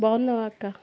బాగున్నావా అక్క